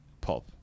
pulp